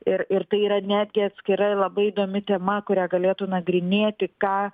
ir ir tai yra netgi atskira labai įdomi tema kurią galėtų nagrinėti ką